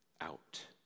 out